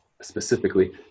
specifically